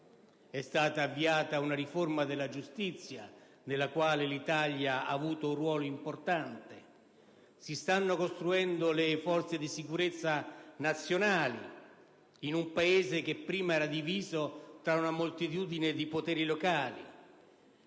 È stata avviata una riforma della giustizia nella quale l'Italia ha avuto un ruolo importante; si stanno costruendo le forze di sicurezza nazionali, in un Paese che prima era diviso tra una moltitudine di poteri locali;